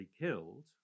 killed